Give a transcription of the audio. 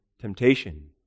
temptation